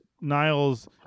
Niles